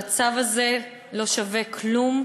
אבל הצו הזה לא שווה כלום,